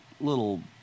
little